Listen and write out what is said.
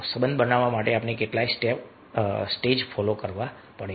સંબંધ બનાવવા માટે આપણે કેટલાય સ્ટેજ ફોલો કરવા પડે છે